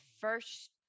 first